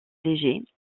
léger